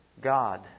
God